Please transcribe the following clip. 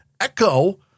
echo